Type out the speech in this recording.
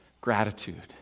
gratitude